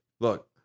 look